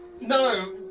No